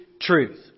truth